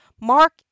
Mark